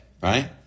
right